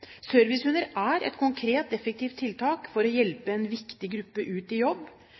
er et konkret, effektivt tiltak for å hjelpe en viktig gruppe ut i jobb.